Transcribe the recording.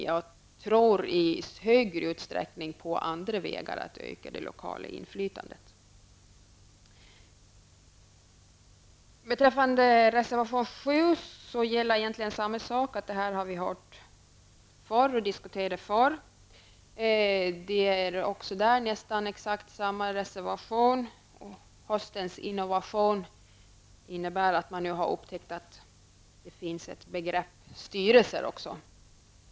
Jag tror i stor utsträckning på andra vägar för att öka det lokala inflytandet. Beträffande reservation nr 7 gäller egentligen samma sak: Det här har vi diskuterat förr. Det är också på den punkten nästan exakt samma reservation som tidigare. Höstens innovation innebär att man nu har upptäckt att det också finns någonting som heter styrelser.